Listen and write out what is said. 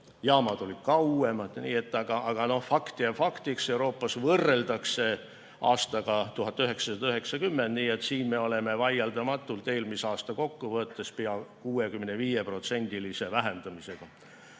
jaamad olid uuemad. Aga fakt jääb faktiks. Euroopas võrreldakse aastaga 1990 ja selles me oleme vaieldamatult eelmise aasta kokkuvõttes pea 65%-lise vähendamisega